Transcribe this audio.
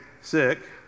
sick